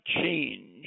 change